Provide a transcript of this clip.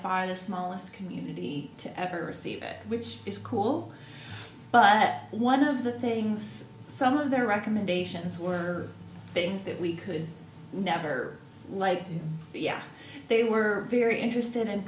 far the smallest community to ever receive it which is cool but one of the things some of their recommendations were things that we could never like yeah they were very interested